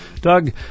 Doug